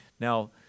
Now